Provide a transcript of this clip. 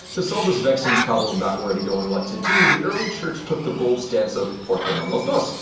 to solve this vexing problem about where to go and what to do, the early church took the bold stance of porque and no los dos?